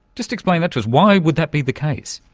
just explain that to us. why would that be the case?